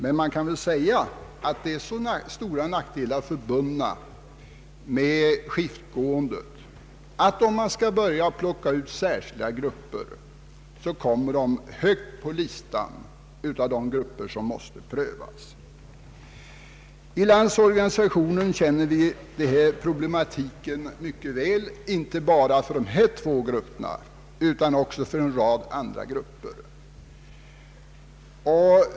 Men man kan väl säga att det är så stora nackdelar förbundna med skiftgåendet att denna grupp, om man skall börja att plocka ut särskilda grupper, kommer högt på listan över dem som måste prövas. Inom Landsorganisationen känner vi denna problematik mycket väl, inte bara för dessa två grupper utan också för en rad andra.